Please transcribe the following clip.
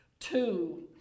Two